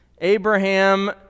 Abraham